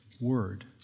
word